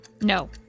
No